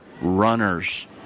runners